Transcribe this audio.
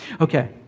okay